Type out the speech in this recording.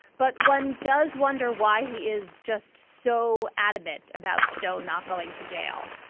but one does wonder why he is just so adamant about stone not going to jail.